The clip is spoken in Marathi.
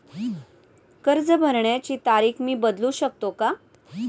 कर्ज भरण्याची तारीख मी बदलू शकतो का?